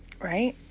Right